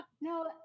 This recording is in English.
No